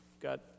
got